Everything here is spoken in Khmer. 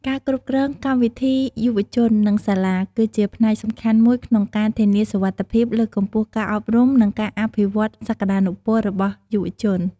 ការគ្រប់គ្រងកម្មវិធីយុវជន និងសាលា គឺជាផ្នែកសំខាន់មួយក្នុងការធានាសុវត្ថិភាព លើកកម្ពស់ការអប់រំ និងការអភិវឌ្ឍសក្តានុពលរបស់យុវជន។